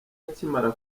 akimara